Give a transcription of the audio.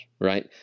right